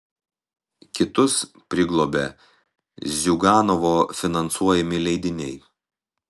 kitus priglobė ziuganovo finansuojami leidiniai